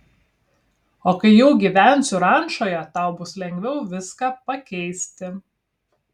o kai jau gyvensiu rančoje tau bus lengviau viską pakeisti